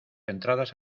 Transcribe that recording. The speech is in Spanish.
entradas